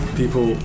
people